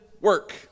work